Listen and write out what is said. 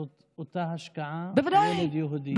זו אותה השקעה בילד יהודי.